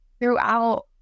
throughout